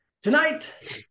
Tonight